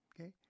okay